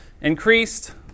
Increased